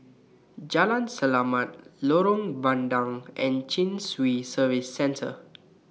Jalan Selamat Lorong Bandang and Chin Swee Service Centre